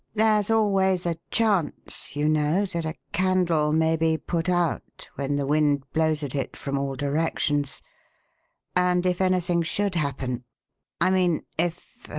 there's always a chance, you know, that a candle may be put out when the wind blows at it from all directions and if anything should happen i mean if er